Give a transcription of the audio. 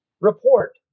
report